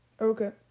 Okay